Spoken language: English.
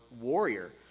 warrior